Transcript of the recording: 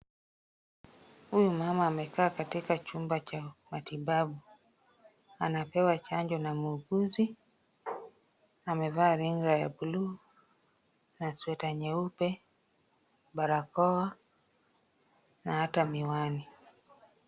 Huyu mama amekaa katika chumba cha matibabu. Anapewa chanjo na muuguzi. Amevaa rinda ya buluu na sweater nyeupe, barakoa na hata miwani.